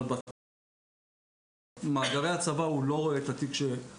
אבל למאגרי הצבא הוא לא רואה את התיק שפתוח.